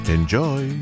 Enjoy